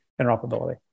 interoperability